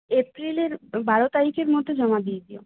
এপ্রিলের বারো তারিখের মধ্যে জমা দিয়ে দিও